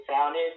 sounded